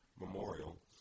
memorial